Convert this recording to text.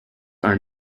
are